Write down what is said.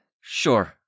sure